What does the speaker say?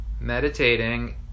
Meditating